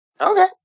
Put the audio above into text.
okay